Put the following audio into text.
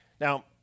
Now